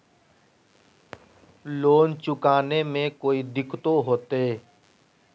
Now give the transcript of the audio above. Loan चुकाने में कोई दिक्कतों होते?